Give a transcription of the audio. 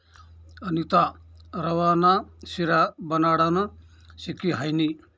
अनीता रवा ना शिरा बनाडानं शिकी हायनी